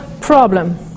problem